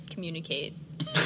Communicate